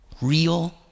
real